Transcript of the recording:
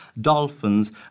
dolphins